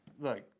Look